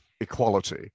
equality